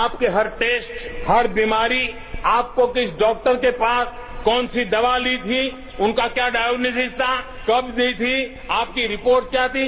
आपके हर टेस्ट हर बीमारी आपको किस डॉक्टर के पास कौन सी दवा ली थी उनका क्या डायग्नोजिज था कब दी थी आपकी रिपोर्ट क्या थी